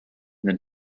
then